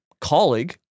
colleague